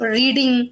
reading